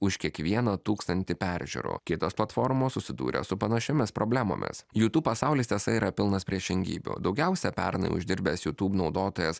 už kiekvieną tūkstantį peržiūrų kitos platformos susidūrė su panašiomis problemomis jutūb pasaulis tiesa yra pilnas priešingybių daugiausia pernai uždirbęs jutūb naudotojas